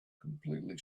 completely